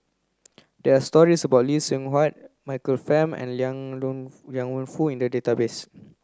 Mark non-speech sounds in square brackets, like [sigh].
there are stories about Lee Seng Huat Michael Fam and Liang [unintelligible] Liang Wenfu in the database